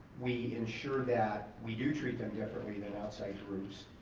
we ensure that we do treat them differently than outside groups.